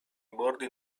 bordi